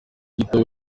gitego